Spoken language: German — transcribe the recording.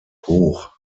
hoch